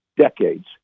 decades